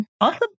awesome